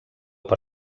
per